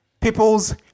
peoples